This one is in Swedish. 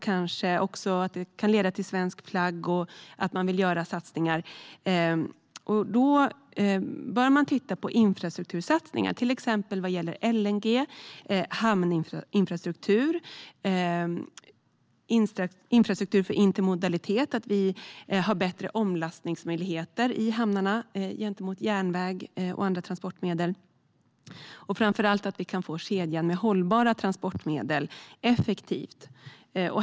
Kanske kan det också leda till svensk flagg och att man vill göra satsningar. Då bör man titta på infrastruktursatsningar, till exempel vad gäller LNG, hamninfrastruktur och infrastruktur för intermodalitet, det vill säga att vi får bättre omlastningsmöjligheter i hamnarna gentemot järnväg och andra transportmedel, och framför allt att vi kan få kedjan med hållbara transportmedel effektiv.